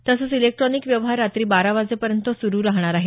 तसंच इलेक्टॉनिक व्यवहार रात्री बारा वाजेपर्यंत सुरु राहणार आहेत